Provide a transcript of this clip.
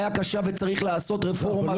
כולם מסכימים שישנה בעיה קשה ושצריך לבצע רפורמה.